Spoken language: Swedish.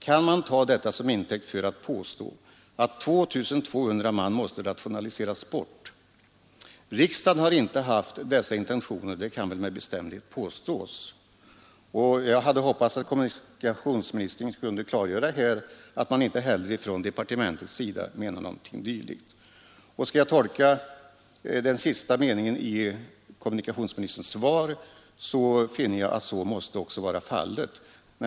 Kan man ta detta som intäkt för att påstå att 2 200 man måste rationaliseras bort? Det kan väl med bestämdhet påstås att riksdagen inte har haft sådana intentioner. Jag hade hoppats att kommunikationsministern kunde klargöra att man inte heller inom departementet menar något dylikt. När jag försöker tolka den sista meningen i kommunikationsministerns svar på min fråga finner jag också, att så måste vara fallet.